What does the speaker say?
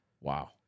wow